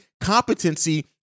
competency